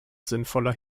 sinnvoller